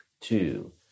Two